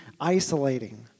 isolating